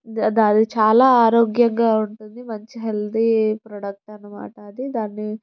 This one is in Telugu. అది చాలా ఆరోగ్యంగా ఉంటుంది మంచి హెల్తీ ప్రొడక్ట్ అన్న మాట అది దాన్ని